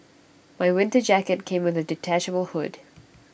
my winter jacket came with A detachable hood